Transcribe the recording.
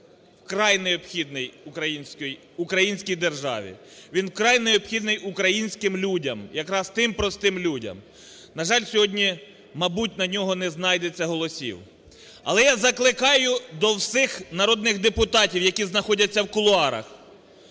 він вкрай необхідний Українській державі, він вкрай необхідний українським людям, якраз тим простим людям. На жаль, сьогодні, мабуть, на нього не знайдеться голосів. Але я закликаю до всіх народних депутатів, які знаходяться в кулуарах,